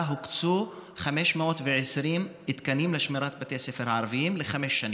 הוקצו 520 תקנים לשמירת בתי הספר הערביים לחמש שנים.